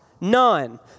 none